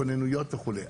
כוננויות וכו'.